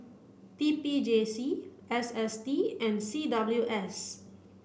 T P J C S S T and C W S